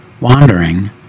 wandering